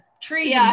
trees